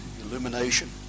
illumination